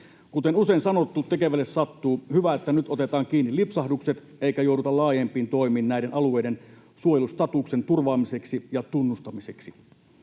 Kuten usein sanottu, tekevälle sattuu. Hyvä, että nyt otetaan kiinni lipsahdukset eikä jouduta laajempiin toimiin näiden alueiden suojelustatuksen turvaamiseksi ja tunnustamiseksi.